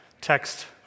text